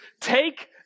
take